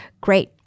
great